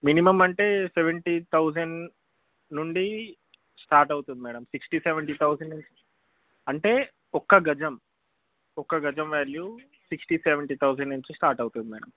minimum అంటే seventy thousand నుండి start అవుతుంది మేడమ్ సిక్స్టీ సెవెంటీ థౌజండ్ నుంచి అంటే ఒక్క గజం ఒక్క గజం వ్యాల్యూ సిక్స్టీ సెవెంటీ థౌజండ్ నుంచి స్టార్ట్ అవుతుంది మేడమ్